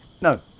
No